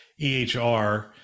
EHR